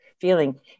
feeling